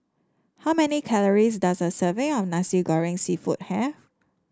how many calories does a serving of Nasi Goreng seafood have